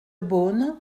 beaune